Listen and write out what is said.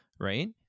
right